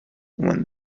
when